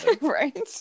Right